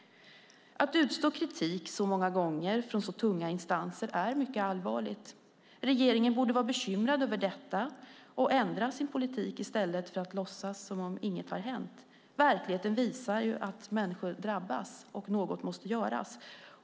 Att utstå kritik så många gånger från så tunga instanser är mycket allvarligt. Regeringen borde vara bekymrad över detta och ändra sin politik i stället för att låtsas som om inget har hänt. Verkligheten visar ju att människor drabbas och att något måste göras.